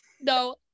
No